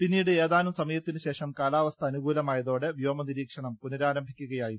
പിന്നീട് ഏതാനും സമയ ത്തിനുശേഷം കാലാവസ്ഥ അനുകൂലമായതോടെ വ്യോമനിരീക്ഷണം പുനരാരംഭിക്കുകയായിരുന്നു